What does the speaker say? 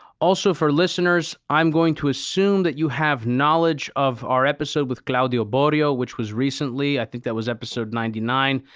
also, for listeners, i'm going to assume that you have knowledge of our episode with claudio borio, which was recently. i think that was episode ninety nine.